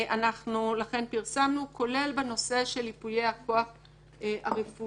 אנחנו לכן פרסמנו כולל בנושא של ייפויי הכוח הרפואיים,